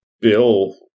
Bill